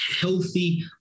healthy